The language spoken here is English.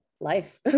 life